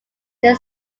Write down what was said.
they